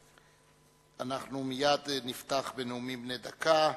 ואנחנו מייד נפתח בנאומים בני דקה.